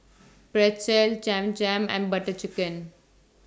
Pretzel Cham Cham and Butter Chicken